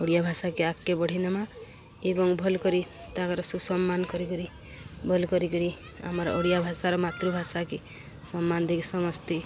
ଓଡ଼ିଆ ଭାଷାକେ ଆଗ୍କେ ବଢ଼େ ନେମା ଏବଂ ଭଲ୍ କରି ତାଙ୍କର ସୁସମ୍ମାନ କରି କରି ଭଲ୍ କରିକରି ଆମର ଓଡ଼ିଆ ଭାଷାର ମାତୃଭାଷାକେ ସମ୍ମାନ ଦେଇକି ସମସ୍ତେ